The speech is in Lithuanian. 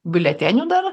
biuletenių dar